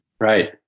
Right